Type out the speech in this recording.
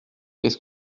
qu’est